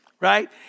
right